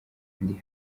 ndi